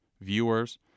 viewers –